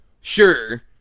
sure